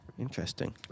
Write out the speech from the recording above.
Interesting